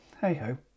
hey-ho